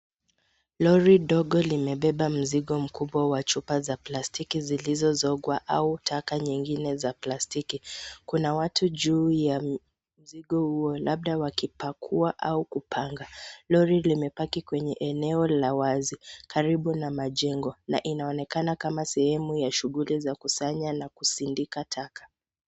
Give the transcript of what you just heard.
Lori mdogo limebeba mzigo wa chupa za plastiki zilizozogwa au taka nyingine za plastiki. Kuna watu juu ya mzigo huo labda wakipakua au kupanga. Lori limepaki kwenye eneo la wazi karibu na majengo na inaonekana kama sehemu ya shughuli za kusanya na kusindika taka.